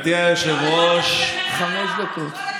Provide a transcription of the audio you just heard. חבר'ה, גברתי היושבת-ראש, חמש דקות.